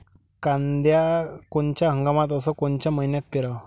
कांद्या कोनच्या हंगामात अस कोनच्या मईन्यात पेरावं?